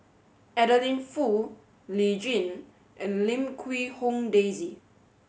Adeline Foo Lee Tjin and Lim Quee Hong Daisy